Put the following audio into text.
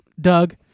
Doug